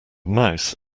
mouse